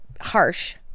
harsh